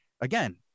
again